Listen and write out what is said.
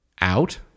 out